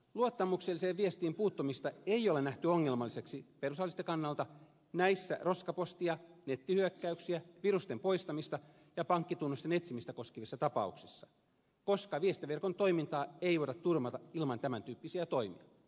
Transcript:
luottamukselliseen viestiin puuttumista ei ole nähty ongelmalliseksi perustuslailliselta kannalta näissä roskapostia nettihyökkäyksiä virusten poistamista ja pankkitunnusten etsimistä koskevissa tapauksissa koska viestintäverkon toimintaa ei voida turvata ilman tämän tyyppisiä toimia